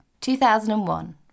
2001